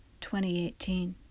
2018